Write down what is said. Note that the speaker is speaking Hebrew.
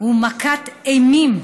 ומכת אימים.